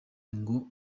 ngo